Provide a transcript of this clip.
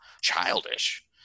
childish